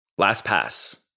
LastPass